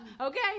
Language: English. Okay